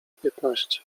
piętnaście